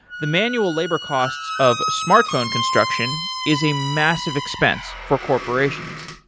the manual labor costs of smartphone construction is a massive expense for corporations.